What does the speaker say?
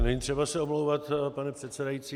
Není třeba se omlouvat, pane předsedající.